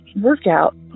workout